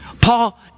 Paul